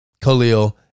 Khalil